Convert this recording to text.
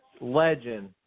legend